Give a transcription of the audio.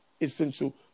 essential